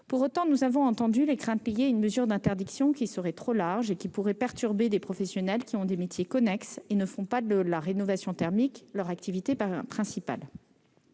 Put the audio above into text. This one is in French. Pour autant, nous avons entendu les craintes au sujet d'une mesure d'interdiction trop large et susceptible de perturber des professionnels qui ont des métiers connexes et ne font pas de la rénovation thermique leur activité principale.